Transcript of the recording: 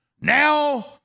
Now